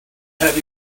have